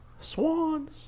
swans